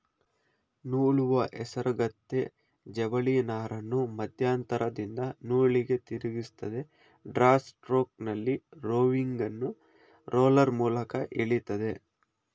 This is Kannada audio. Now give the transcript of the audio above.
ನೂಲುವ ಹೇಸರಗತ್ತೆ ಜವಳಿನಾರನ್ನು ಮಧ್ಯಂತರದಿಂದ ನೂಲಿಗೆ ತಿರುಗಿಸ್ತದೆ ಡ್ರಾ ಸ್ಟ್ರೋಕ್ನಲ್ಲಿ ರೋವಿಂಗನ್ನು ರೋಲರ್ ಮೂಲಕ ಎಳಿತದೆ